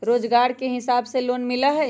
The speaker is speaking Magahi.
रोजगार के हिसाब से लोन मिलहई?